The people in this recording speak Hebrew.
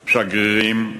שגרירים,